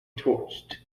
torched